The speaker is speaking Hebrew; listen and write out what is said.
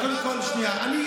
קודם כול, שנייה.